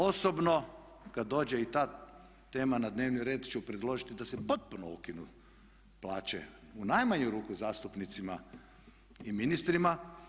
Osobno kad dođe i ta tema na dnevni red ću predložiti da se potpuno ukinu plaće u najmanju ruku zastupnicima i ministrima.